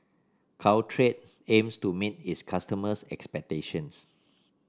Caltrate aims to meet its customers' expectations